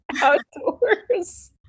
outdoors